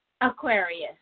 Aquarius